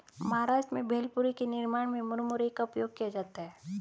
महाराष्ट्र में भेलपुरी के निर्माण में मुरमुरे का उपयोग किया जाता है